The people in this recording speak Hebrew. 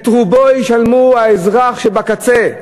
את רובו ישלם האזרח שבקצה,